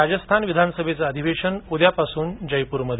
राजस्थान विधानसभेचं अधिवेशन उद्यापासून जयपूरमध्ये